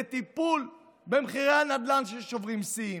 לטפל במחירי הנדל"ן, ששוברים שיאים,